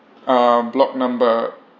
uh block number